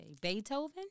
Beethoven